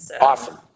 awesome